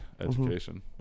education